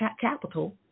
capital